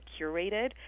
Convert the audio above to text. curated